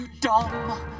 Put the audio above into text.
dumb